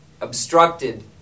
obstructed